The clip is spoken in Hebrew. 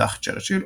הודח צ'רצ'יל,